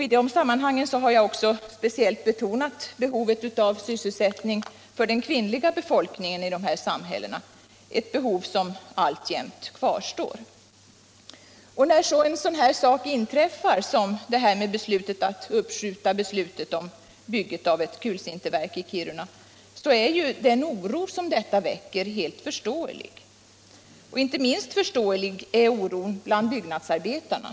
I de sammanhangen har jag speciellt betonat behovet av sysselsättning för den kvinnliga befolkningen i dessa samhällen, ett behov som alltjämt kvarstår. När en sådan sak som beslutet att uppskjuta bygget av ett kulsinterverk i Kiruna inträffar är det helt förståeligt att detta väcker oro. Inte minst förståelig är oron bland byggnadsarbetarna.